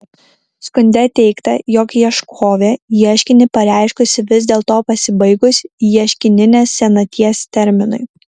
skunde teigta jog ieškovė ieškinį pareiškusi vis dėlto pasibaigus ieškininės senaties terminui